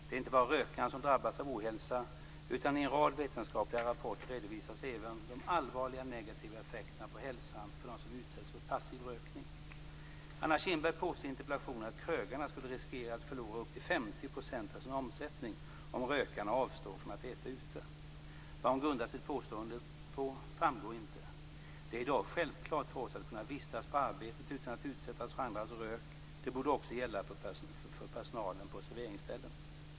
Det är inte bara rökaren som drabbas av ohälsa, utan i en rad vetenskapliga rapporter redovisas även de allvarliga negativa effekterna på hälsan för dem som utsätts för passiv rökning. Anna Kinberg påstår i interpellationen att krögarna skulle riskera att förlora upp till 50 % av sin omsättning om rökarna avstår från att äta ute. Vad hon grundar sitt påstående på framgår inte. Det är i dag självklart för oss att kunna vistas på arbetet utan att utsättas för andras rök. Det borde också gälla personal på serveringsställen.